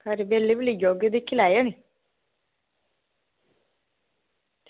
इक्क बिल बी लेई आह्गे दिक्खी लैयो नी